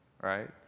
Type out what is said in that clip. right